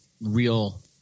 real